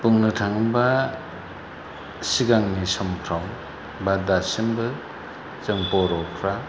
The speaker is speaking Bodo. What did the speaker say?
बुंनो थाङोबा सिगांनि समफ्राव बा दासिमबो जों बर'फ्रा